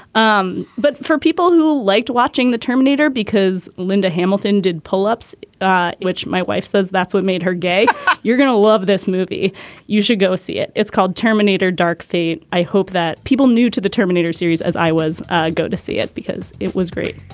um but for people who liked watching the terminator because linda hamilton did pull ups which my wife says that's what made her gay you're going to love this movie you should go see it. it's called terminator dark fate. i hope that people new to the terminator series as i was ah go to see it because it was great.